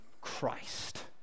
christ